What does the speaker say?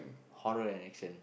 horror and action